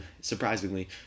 surprisingly